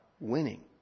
winning